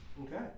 Okay